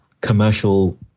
commercial